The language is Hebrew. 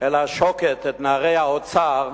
אל השוקת את נערי האוצר,